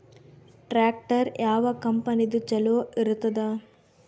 Tractor ಯಾವ ಕಂಪನಿದು ಚಲೋ ಇರತದ?